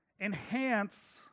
enhance